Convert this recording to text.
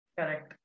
Correct